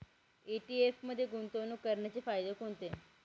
ETF मध्ये गुंतवणूक करण्याचे फायदे कोणते?